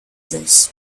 sich